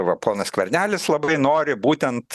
va ponas skvernelis labai nori būtent